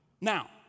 Now